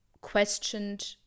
questioned